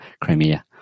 Crimea